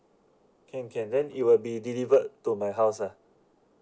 can can then it will be delivered to my house ah